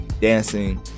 dancing